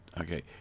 Okay